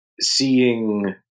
seeing